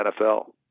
NFL